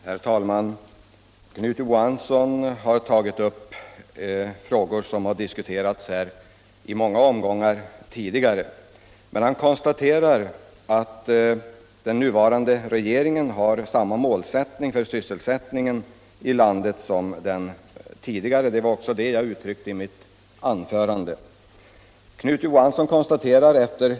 Herr talman! Knut Johansson i Stockholm tog upp frågor som diskuterats här i många omgångar tidigare och framhöll att den nuvarande regeringen har samma målsättning för sysselsättningen i landet som den tidigare. Det sade också jag i mitt anförande.